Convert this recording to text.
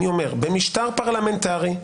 במשטר פרלמנטרי,